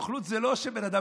נוכלות זה לא שבן אדם,